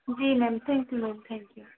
ji ma'am thank you ma'am thank you